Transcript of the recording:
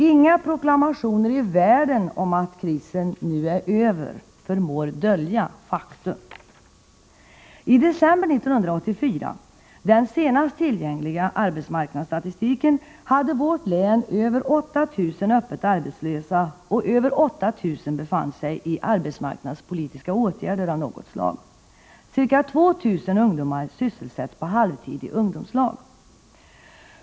Inga proklamationer i världen om att krisen nu är över förmår dölja faktum. I december 1984 — den senaste månad för vilken vi har tillgänglig arbetsmarknadsstatistik — hade vårt län över 8 000 öppet arbetslösa, och över 8 000 befann sig i arbetsmarknadspolitiska åtgärder av något slag. Ca 2 000 ungdomar sysselsätts på halvtid i ungdomslag.